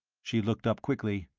she looked up quickly.